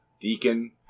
deacon